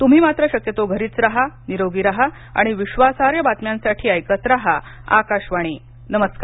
त्म्ही मात्र शक्यतो घरीच राहा निरोगी राहा आणि विश्वासार्ह बातम्यांसाठी ऐकत राहा आकाशवाणी नमस्कार